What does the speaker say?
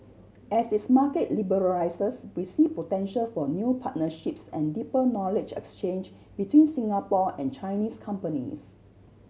as its market liberalises we see potential for new partnerships and deeper knowledge exchange between Singapore and Chinese companies